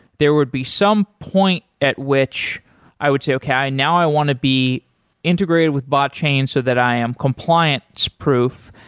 there would be some point at which i would say, okay, now i want to be integrated with botchain so that i am compliance proof.